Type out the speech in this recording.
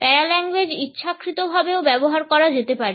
paralanguage ইচ্ছাকৃতভাবেও ব্যবহার করা যেতে পারে